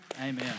Amen